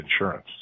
insurance